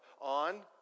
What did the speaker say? on